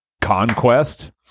Conquest